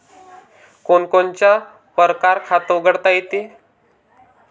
कोनच्या कोनच्या परकारं खात उघडता येते?